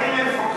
40,000,